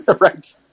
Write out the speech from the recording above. right